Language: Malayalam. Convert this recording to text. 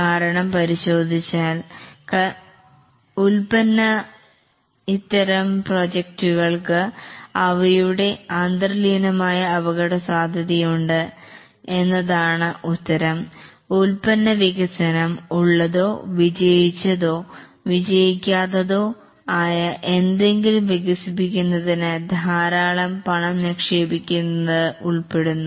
കാരണം പരിശോധിച്ചാൽ ഉൽപ്പന്ന ഇത്തരം പ്രോജക്ടുകൾക്ക് അവയുടെ അന്തർലീനമായ അപകട സാധ്യതയുണ്ട് എന്നതാണ് ഉത്തരം ഉൽപ്പന്ന വികസനം ഉള്ളതോ വിജയിച്ചത് വിജയിക്കാത്ത തോ ആയ എന്തെങ്കിലും വികസിപ്പിക്കുന്നതിന് ധാരാളം പണം നിക്ഷേപിക്കുന്നത് ഉൾപ്പെടുന്നു